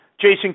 Jason